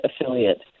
affiliate